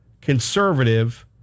conservative